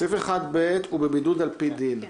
סעיף 1ב' הוא בבידוד על פי דין,